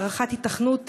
הערכת היתכנות,